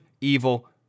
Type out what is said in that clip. evil